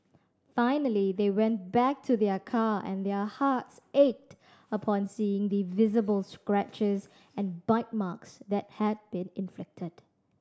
finally they went back to their car and their hearts ached upon seeing the visible scratches and bite marks that had been inflicted